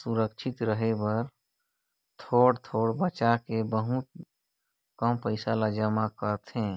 सुरक्छित रहें अउ अउ थोर बहुत बांचे कहिके जमा करथे